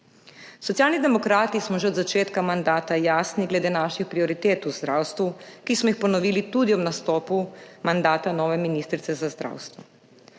Socialni demokrati smo že od začetka mandata jasni glede naših prioritet v zdravstvu, ki smo jih ponovili tudi ob nastopu mandata nove ministrice za zdravstvo.